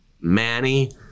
Manny